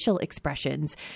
expressions